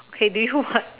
okay do you what